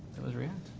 that was react,